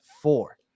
four